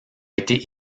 été